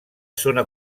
zona